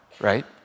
right